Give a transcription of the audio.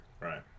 right